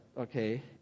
okay